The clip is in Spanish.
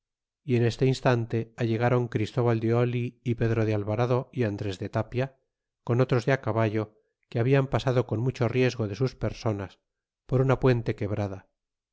y en este instante allegaron christóbal de oh é pedro de alvarado y andrés de tapia con otros de a caballo que habían pasado con muelo riesgo de sus personas por una puente quebrada